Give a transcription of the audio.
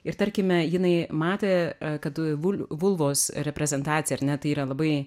ir tarkime jinai matė kad vul vulvos reprezentacija ar ne tai yra labai